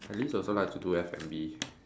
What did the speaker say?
Alice also like to do F&B